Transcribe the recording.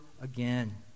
Again